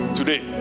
today